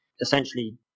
essentially